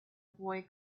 boy